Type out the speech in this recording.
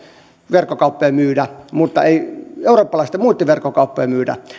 verkkokauppojen myydä mutta ei muitten eurooppalaisten verkkokauppojen myydä